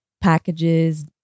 packages